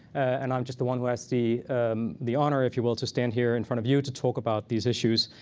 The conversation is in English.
and i'm just the one who has the the honor, if you will, to stand here in front of you to talk about these issues.